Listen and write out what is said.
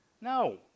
No